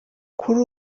kuri